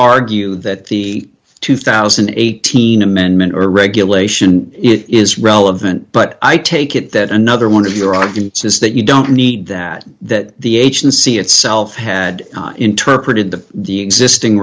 argue that the two thousand and eighteen amendment or regulation it is relevant but i take it that another one of your arguments is that you don't need that that the agency itself had interpreted the existing